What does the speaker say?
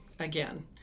Again